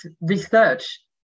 research